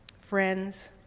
Friends